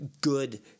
good